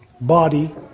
body